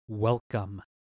Welcome